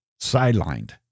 sidelined